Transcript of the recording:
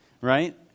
right